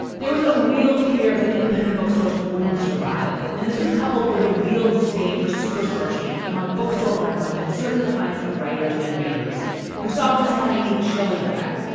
there was a real fear that independent bookstores wouldn't survive, and this was coupled with a real disdain for superstore chains among bookstore owners and certain kinds of writers and readers who saw them as having a chilling effect.